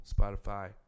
Spotify